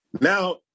Now